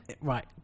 Right